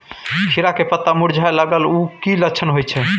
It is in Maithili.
खीरा के पत्ता मुरझाय लागल उ कि लक्षण होय छै?